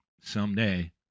someday